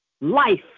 life